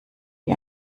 wie